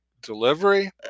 Delivery